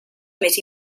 més